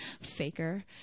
faker